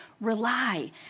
rely